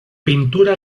pintura